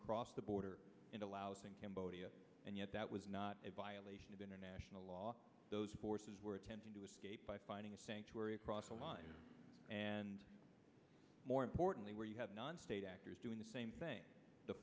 across the border into laos and cambodia and yet that was not a violation of international law those forces were attempting to escape by finding a sanctuary across the line and more importantly where you have non state actors doing the same thing the